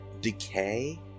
decay